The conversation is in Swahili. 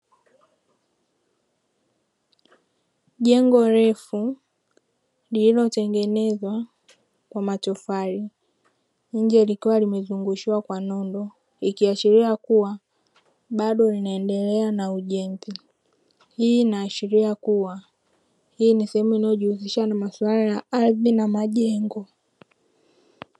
Jengo refu lililotengenezwa kwa matofali nje likiwa limezungushiwa kwa nondo, ikiashiria kuwa bado linaendelea na ujenzi; hii inashiria kuwa hii ni sehemu inayojihusisha na maswala ya ardhi na majengo.